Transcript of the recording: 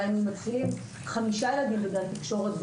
גם אם נשים חמישה ילדים בגן תקשורת,